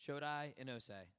should i say